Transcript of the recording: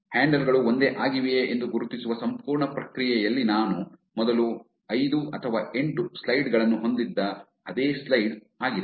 handle ಗಳು ಒಂದೇ ಆಗಿವೆಯೇ ಎಂದು ಗುರುತಿಸುವ ಸಂಪೂರ್ಣ ಪ್ರಕ್ರಿಯೆಯಲ್ಲಿ ನಾನು ಮೊದಲು ಐದು ಅಥವಾ ಎಂಟು ಸ್ಲೈಡ್ ಗಳನ್ನು ಹೊಂದಿದ್ದ ಅದೇ ಸ್ಲೈಡ್ ಆಗಿದೆ